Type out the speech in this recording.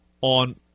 on